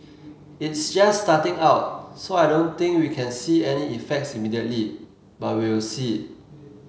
is just starting out so I don't think we can see any effects immediately but we'll see